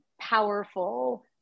powerful